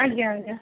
ଆଜ୍ଞା ଆଜ୍ଞା